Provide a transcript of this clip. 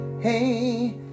hey